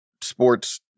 sports